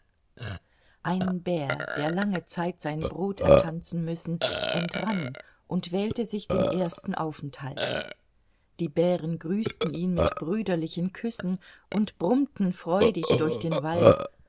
ein bär der lange zeit sein brot ertanzen müssen entrann und wählte sich den ersten aufenthalt die bären grüßten ihn mit brüderlichen küssen und brummten freudig durch den wald